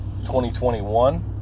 2021